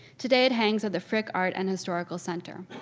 today it hangs at the frick art and historical center.